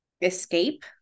escape